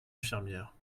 infirmière